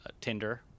Tinder